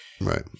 right